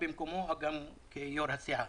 במקומו וגם כיו"ר הסיעה.